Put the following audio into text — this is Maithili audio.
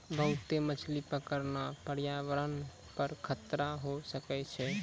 बहुते मछली पकड़ना प्रयावरण पर खतरा होय सकै छै